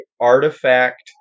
artifact